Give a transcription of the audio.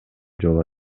жол